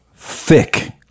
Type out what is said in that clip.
Thick